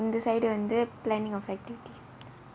இந்த:intha side வந்து:vanthu planning of activities